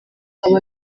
aba